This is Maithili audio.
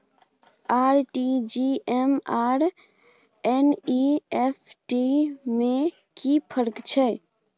आर.टी.जी एस आर एन.ई.एफ.टी में कि फर्क छै?